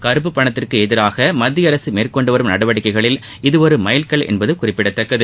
கருப்பு பணத்திற்கு எதிராக மத்திய அரசு மேற்கொண்டு வரும் நடவடிக்கைகளில் இது ஒரு மைல்கல் என்பது குறிப்பிடத்தக்கது